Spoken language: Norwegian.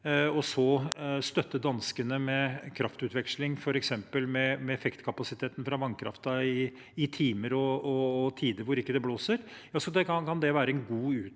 så støtte danskene med kraftutveksling, f.eks. med effektkapasiteten fra vannkraften i timer og tider hvor det ikke blåser, kan det være en god utnyttelse